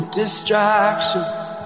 distractions